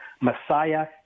Messiah